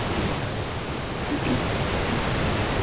گیوال بیگھہ سے جی سب خیریت ہے